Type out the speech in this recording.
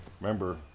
Remember